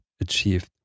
achieved